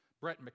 Brett